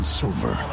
silver